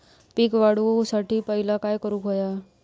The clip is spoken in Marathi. पीक वाढवुसाठी पहिला काय करूक हव्या?